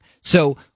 So-